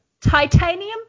Titanium